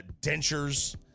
dentures